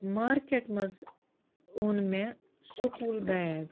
market منٛز اوٚن مےٚ سکوٗل بیگ